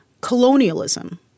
colonialism